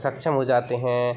सक्षम हो जाते हैं